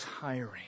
tiring